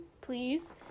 please